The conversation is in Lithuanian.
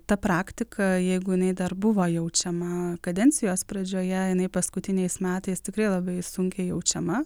ta praktika jeigu jinai dar buvo jaučiama kadencijos pradžioje jinai paskutiniais metais tikrai labai sunkiai jaučiama